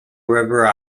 river